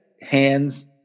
hands